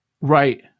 Right